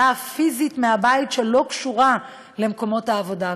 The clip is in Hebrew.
הפיזית מהבית שלא קשורה למקומות העבודה.